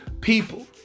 people